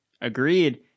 Agreed